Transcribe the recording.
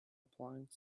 applying